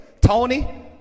Tony